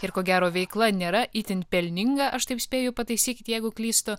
ir ko gero veikla nėra itin pelninga aš taip spėju pataisykit jeigu klystu